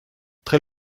très